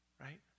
right